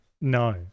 No